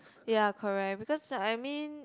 ya correct because I mean